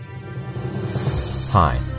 Hi